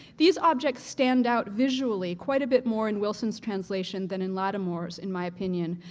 these objects stand out visually quite a bit more in wilson's translation than in lattimore's, in my opinion,